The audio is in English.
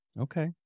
Okay